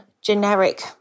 generic